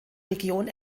region